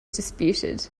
disputed